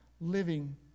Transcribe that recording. living